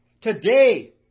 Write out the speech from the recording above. today